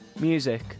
Music